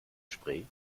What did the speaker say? spray